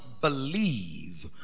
believe